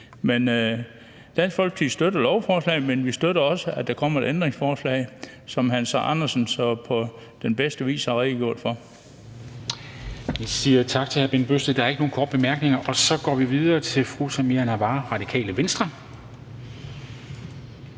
Dansk Folkeparti støtter lovforslaget, men vi støtter også, at der kommer et ændringsforslag som det, hr. Hans Andersen på bedste vis har redegjort for.